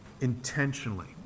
intentionally